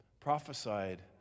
prophesied